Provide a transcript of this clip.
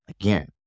again